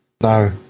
No